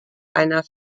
einer